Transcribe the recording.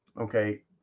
Okay